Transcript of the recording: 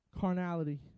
carnality